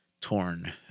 torn